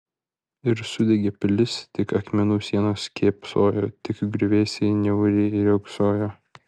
ir sudegė pilis tik akmenų sienos kėpsojo tik griuvėsiai niauriai riogsojo